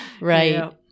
Right